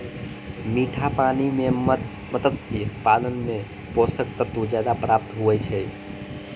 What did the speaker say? मीठा पानी मे मत्स्य पालन मे पोषक तत्व ज्यादा प्राप्त हुवै छै